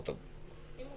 אם הוא